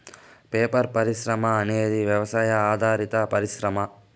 paper పరిశ్రమ అనేది వ్యవసాయ ఆధారిత పరిశ్రమ